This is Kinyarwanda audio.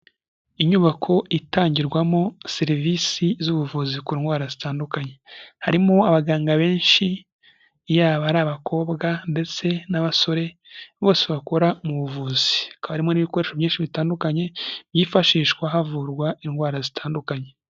Inyubako itangirwamo serivisi z'ubuvuzi ku ndwara zitandukanye. Harimo abaganga benshi, yaba ari abakobwa ndetse n'abasore, bose bakora mu buvuzi. Hakaba harimo n'ibikoresho byinshi bitandukanye, byifashishwa havurwa indwara zitandukanye.